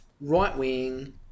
right-wing